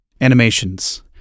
Animations